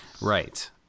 Right